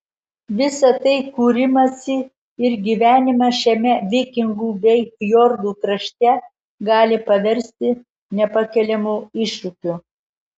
visa tai kūrimąsi ir gyvenimą šiame vikingų bei fjordų krašte gali paversti nepakeliamu iššūkiu